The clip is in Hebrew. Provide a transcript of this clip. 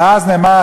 ואז נאמר,